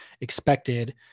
expected